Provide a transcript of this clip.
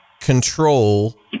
control